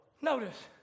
Notice